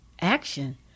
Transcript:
action